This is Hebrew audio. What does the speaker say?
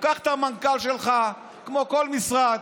קח את המנכ"ל שלך, כמו כל משרד,